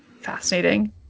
fascinating